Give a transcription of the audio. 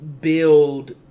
build